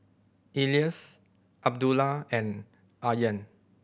Elyas Abdullah and Aryan